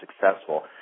successful